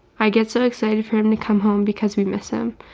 i get so excited for him to come home because we miss him.